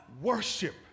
Worship